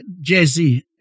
Jesse